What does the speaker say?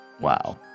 Wow